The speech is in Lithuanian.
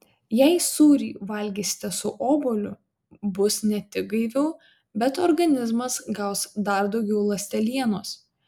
jei sūrį valgysite su obuoliu bus ne tik gaiviau bet organizmas gaus dar daugiau ląstelienos